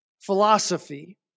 philosophy